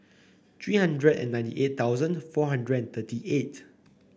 three hundred and ninety eight thousand four hundred thirty eight